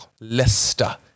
Leicester